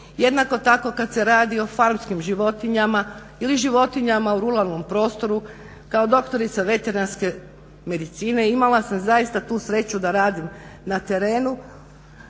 jednako tako kada se radi o farmskim životinjama ili životinjama u ruralnom prostoru, kao doktorice veterinarske medicine imala sam zaista tu sreću da radim na terenu